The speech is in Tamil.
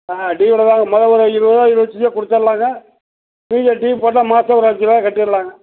ஆ டியூவில் தான் முதல் தடவை இருபது ரூபா இருபத்தஞ்சி ரூபா கொடுத்தர்லாங்க நீங்கள் டியூ போட்டால் மாசம் ஒரு அஞ்சு ரூபா கட்டிடலாங்க